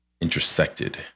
intersected